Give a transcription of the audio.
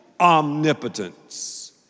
omnipotence